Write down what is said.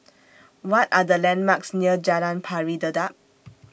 What Are The landmarks near Jalan Pari Dedap